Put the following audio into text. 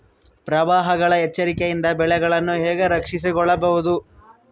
ಪ್ರವಾಹಗಳ ಎಚ್ಚರಿಕೆಯಿಂದ ಬೆಳೆಗಳನ್ನು ಹೇಗೆ ರಕ್ಷಿಸಿಕೊಳ್ಳಬಹುದು?